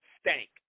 stank